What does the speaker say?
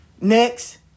Next